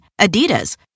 Adidas